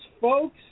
folks